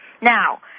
Now